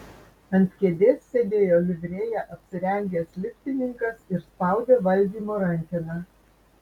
ant kėdės sėdėjo livrėja apsirengęs liftininkas ir spaudė valdymo rankeną